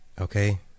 okay